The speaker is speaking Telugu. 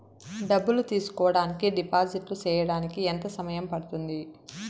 డబ్బులు తీసుకోడానికి డిపాజిట్లు సేయడానికి ఎంత సమయం పడ్తుంది